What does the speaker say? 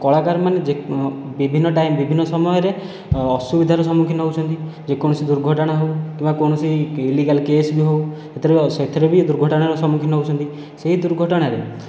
କଳାକାରମାନେ ବିଭିନ୍ନ ଟାଇମ୍ ବିଭିନ୍ନ ସମୟରେ ଅସୁବିଧାର ସମ୍ମୁଖୀନ ହେଉଛନ୍ତି ଯେକୌଣସି ଦୁର୍ଘଟଣା ହେଉ କିମ୍ବା କୌଣସି ଇଲ୍ଲିଗାଲ୍ କେସ୍ ବି ହେଉ ସେଥିରେ ବି ଦୁର୍ଘଟଣାର ସମ୍ମୁଖୀନ ହେଉଛନ୍ତି ସେହି ଦୁର୍ଘଟଣାରେ